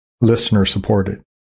listener-supported